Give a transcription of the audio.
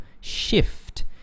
shift